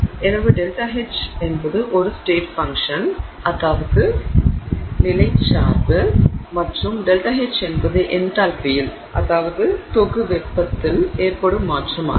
எனவே ΔH என்பது ஒரு ஸ்டேட் ஃபங்ஷன் மற்றும் ΔH என்பது என்தால்பியில் ஏற்படும் மாற்றமாகும்